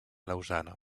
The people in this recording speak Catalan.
lausana